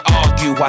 argue